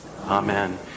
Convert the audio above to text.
Amen